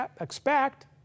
expect